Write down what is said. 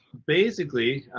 basically,